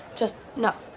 just no.